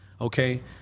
Okay